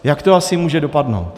Jak to asi může dopadnout?